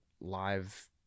live